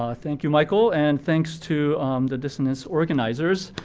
ah thank you, michael, and thanks to the business organizers.